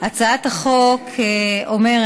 הצעת החוק אומרת